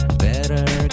better